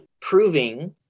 proving